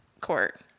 court